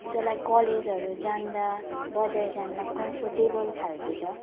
जसलाई कलेजहरू जाँदा बजार जाँदा कम्फोर्टेबल खालके छ